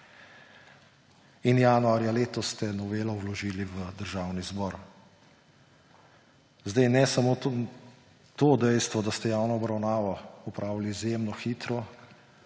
In januarja letos ste novelo vložili v Državni zbor. Ne samo to dejstvo, da ste javno obravnavo opravili izjemno hitro,